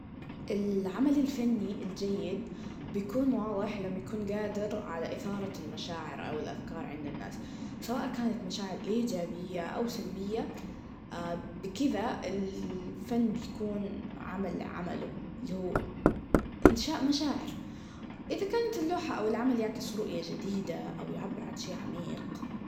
العمل الفني الجيد, بيكون واضح لما بيكون جادر على إثارة المشاعر أو الأفكار عند الناس, سواء كانت مشاعر إيجابية, أو سلبية, بكذا الفن بيكون عمل عمله, اللي هو إنشاء مشاعر, إذا كانت اللوحة أو العمل يعكس رؤية جديدة, أو يعبر عن شي عميق.